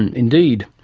and indeed.